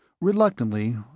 Reluctantly